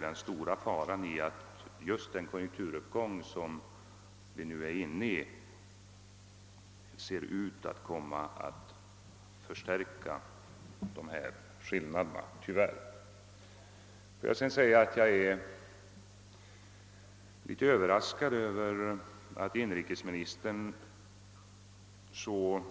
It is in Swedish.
Den stora faran ser jag i att den konjunkturuppgång som vi nu är inne i tyvärr ser ut att förstora skillnaderna ytterligare. Jag är litet överraskad över att inrikesministern så